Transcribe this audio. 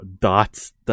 dots